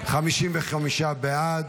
55 בעד,